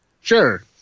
Sure